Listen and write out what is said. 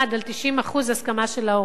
על 90% הסכמה של ההורים.